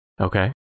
Okay